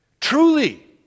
Truly